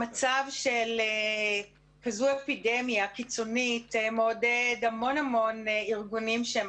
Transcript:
מצב של כזו אפידמיה קיצונית מעודד המון ארגונים שהם